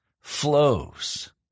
flows